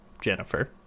Jennifer